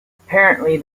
apparently